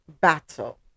battle